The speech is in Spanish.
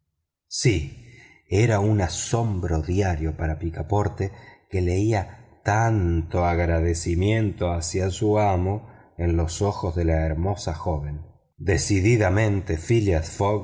sí era un asombro diario para picaporte que leía tanto agradecimiento hacia su amo en los ojos de la hermosa joven decididamente phileas fogg